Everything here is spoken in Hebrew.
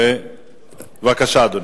בבקשה, אדוני.